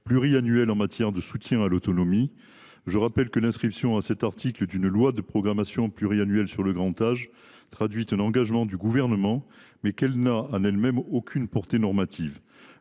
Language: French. pluriannuelle en matière de soutien à l’autonomie. Je rappelle que, si l’inscription dans cet article d’une loi de programmation pluriannuelle sur le grand âge traduit un engagement du Gouvernement, elle n’a aucune portée normative.